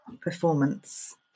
performance